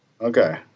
okay